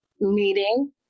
meeting